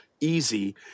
Easy